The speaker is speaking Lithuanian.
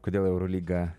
kodėl eurolyga